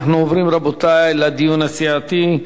אנחנו עוברים, רבותי, לדיון הסיעתי.